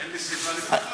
אין לי סיבה לפקפק.